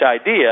idea